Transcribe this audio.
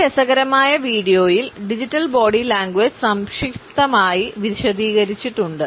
ഈ രസകരമായ വീഡിയോയിൽ ഡിജിറ്റൽ ബോഡി ലാംഗ്വേജ് സംക്ഷിപ്തമായി വിശദീകരിച്ചിട്ടുണ്ട്